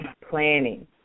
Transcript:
planning